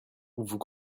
vous